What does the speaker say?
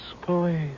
Police